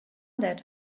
that